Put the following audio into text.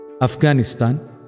Afghanistan